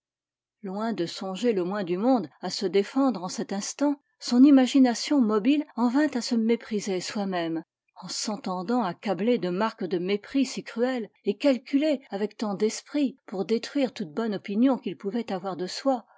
loin de songer le moins du monde à se défendre en cet instant son imagination mobile en vint à se mépriser soi-même en s'entendant accabler de marques de mépris si cruelles et calculées avec tant d'esprit pour détruire toute bonne opinion qu'il pouvait avoir de soi